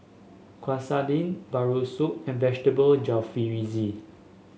Quesadilla Bratwurst and Vegetable Jalfrezi